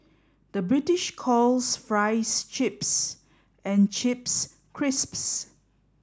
the British calls fries chips and chips crisps